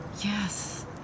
Yes